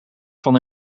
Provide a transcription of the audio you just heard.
van